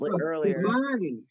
earlier